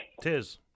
Tis